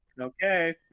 okay